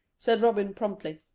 said robin promptly.